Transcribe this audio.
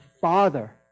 Father